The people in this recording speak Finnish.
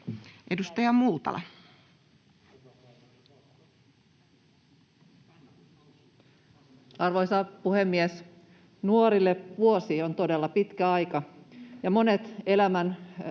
16:37 Content: Arvoisa puhemies! Nuorille vuosi on todella pitkä aika. Monet elämän